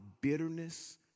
bitterness